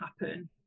happen